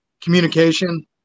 Communication